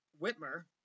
Whitmer